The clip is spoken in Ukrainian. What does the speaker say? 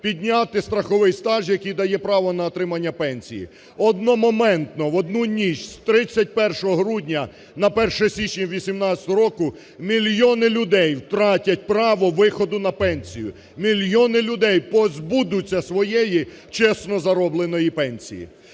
підняти страховий стаж, який дає право на отримання пенсії. Одномоментно, в одну ніч з 31 грудня на 1 січня 2018 року мільйони людей втратять право виходу на пенсію. Мільйони людей позбудуться своєї, чесно заробленої, пенсії.